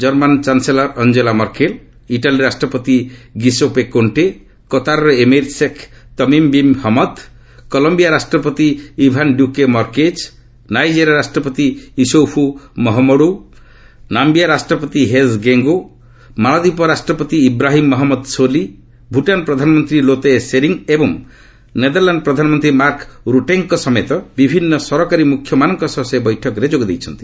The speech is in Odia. German chancellor Angela Merkel Italy ରାଷ୍ଟ୍ରପତି ଗିଶୋପେ କୋଣ୍ଟେ କତାରର emir Sheikh Tamim bin Hamad Colombia ରାଷ୍ଟ୍ରପତି ଇଭାନ ଡ୍ରକେ ମର୍କେଜ ନାଇଜେରିଆର ରାଷ୍ଟ୍ରପତି ଇସୌପୌ ମହମଡୌ ନାୟିଆ ରାଷ୍ଟ୍ରପତି ହେଜ୍ ଗେଙ୍ଗୋ ମାଳଦୀପ ରାଷ୍ଟ୍ରପତି ଇବ୍ରାହିମ ମହମ୍ମଦ ସୋଲି ଭ୍ରଟାନ ପ୍ରଧାନମନ୍ତ୍ରୀ ଲୋତୟେ ସେରିଙ୍ଗ ଏବଂ ନେଦରଲ୍ୟାଣ୍ଡ ପ୍ରଧାନମନ୍ତ୍ରୀ ମାର୍କ ର୍ଟେଙ୍କ ସମେତ ବିଭିନ୍ନ ସରକାରୀ ମ୍ରଖ୍ୟ ମାନଙ୍କ ସହ ସେ ବୈଠକରେ ଯୋଗ ଦେଇଛନ୍ତି